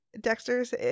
Dexter's